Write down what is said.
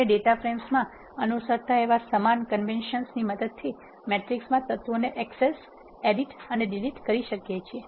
આપણે ડેટા ફ્રેમ્સમાં અનુસરતા એવા સમાન કન્વેશન ની મદદથી મેટ્રિક્સમાં તત્વોને એક્સેસ એડિટ અને ડિલીટ કરી શકિએ છીએ